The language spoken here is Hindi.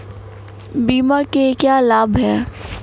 बीमा के क्या लाभ हैं?